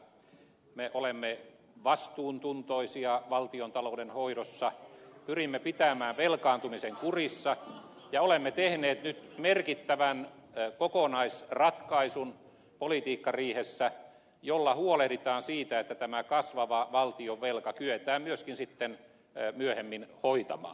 me olemme vastuuntuntoisia valtiontalouden hoidossa pyrimme pitämään velkaantumisen kurissa ja olemme tehneet nyt merkittävän kokonaisratkaisun politiikkariihessä jolla huolehditaan siitä että tämä kasvava valtionvelka kyetään myöskin sitten myöhemmin hoitamaan